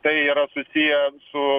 tai yra susiję su